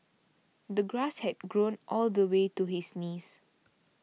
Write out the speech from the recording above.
the grass had grown all the way to his knees